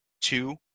two